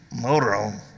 motorhome